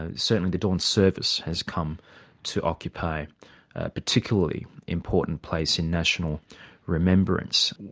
ah certainly the dawn service has come to occupy a particularly important place in national remembrance.